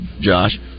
josh